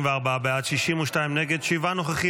44 בעד, 62 נגד, שבעה נוכחים.